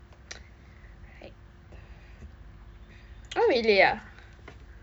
right oh really ah